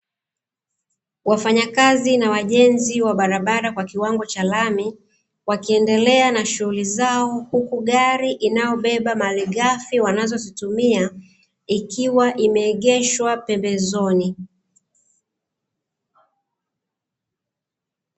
Wafanyakazi na wajenzi wa barabara kwa kiwango cha lami, wakiendelea na shughuli zao huku gari lililobeba malighafi wanazozitumia, ikiwa imeegeshwa pembezoni.